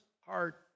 heart